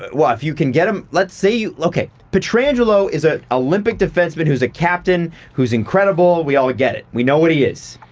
well if you can get him. let's say you, okay, pietrangelo is an olympic defenseman who's a captain who's incredible. we all get it. we know what he is.